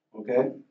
Okay